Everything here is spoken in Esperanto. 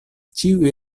ĉiuj